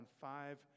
five